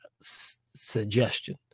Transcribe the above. suggestion